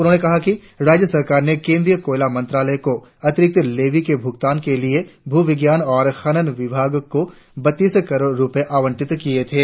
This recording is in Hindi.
उन्होंने कहा कि राज्य सरकार ने केंद्रीय कोयला मंत्रालय को अतिरिक्त लेवी के भुगतान के लिए भू विज्ञान और खनन विभाग को बत्तीस करोड़ रुपये आवटिंत किए थे